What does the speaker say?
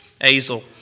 Azel